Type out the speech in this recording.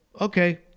okay